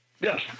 Yes